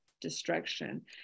destruction